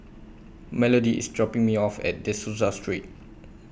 Melodie IS dropping Me off At De Souza Street